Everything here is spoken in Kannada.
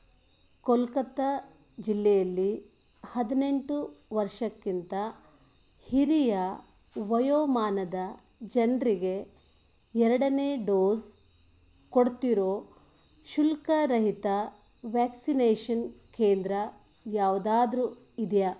ಕೊಲ್ಕತ್ತಾ ಜಿಲ್ಲೆಯಲ್ಲಿ ಹದಿನೆಂಟು ವರ್ಷಕ್ಕಿಂತ ಹಿರಿಯ ವಯೋಮಾನದ ಜನರಿಗೆ ಎರಡನೇ ಡೋಸ್ ಕೊಡ್ತಿರೋ ಶುಲ್ಕ ರಹಿತ ವ್ಯಾಕ್ಸಿನೇಷನ್ ಕೇಂದ್ರ ಯಾವುದಾದ್ರೂ ಇದೆಯಾ